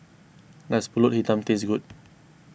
does Pulut Hitam taste good